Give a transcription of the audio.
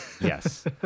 Yes